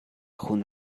خون